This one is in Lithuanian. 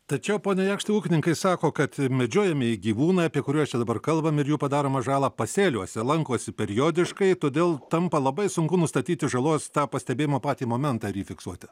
tačiau pone jakštai ūkininkai sako kad medžiojamieji gyvūnai apie kuriuos čia dabar kalbam ir jų padaromą žalą pasėliuose lankosi periodiškai todėl tampa labai sunku nustatyti žalos pastebėjimo patį momentą ir jį fiksuoti